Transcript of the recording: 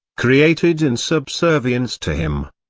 created in subservience to him.